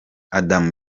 adam